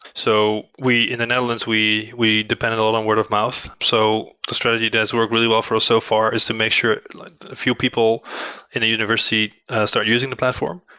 so in the netherlands, we we depended on word-of-mouth. so the strategy does work really well for us so far, is to make sure a few people in a university start using the platform,